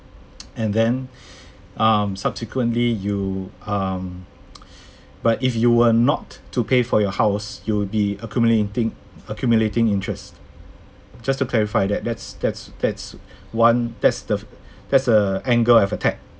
and then um subsequently you um but if you were not to pay for your house you will be accumulating accumulating interest just to clarify that that's that's that's one that's the that's a angle of attack